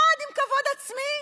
אחד עם כבוד עצמי,